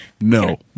No